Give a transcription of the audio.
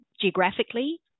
Geographically